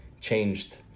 changed